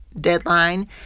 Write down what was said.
deadline